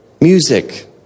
music